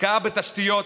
השקעה בתשתיות